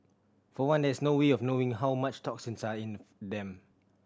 for one there is no way of knowing how much toxins are in them